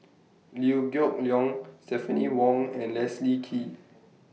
Liew Geok Leong Stephanie Wong and Leslie Kee